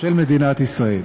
של מדינת ישראל.